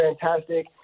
fantastic